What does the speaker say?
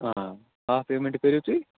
آ half payment کٔرِو تُہۍ